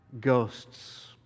ghosts